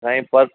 साईं पर